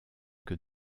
que